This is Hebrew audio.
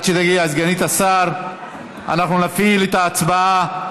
כשתגיע סגנית השר אנחנו נפעיל את ההצבעה.